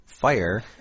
fire